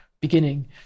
Beginning